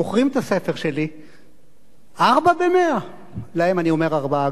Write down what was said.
מוכרים את הספר שלי "ארבע במאה"; להם אני אומר "ארבעה",